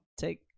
take